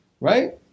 Right